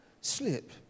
slip